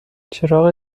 چراغ